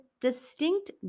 distinct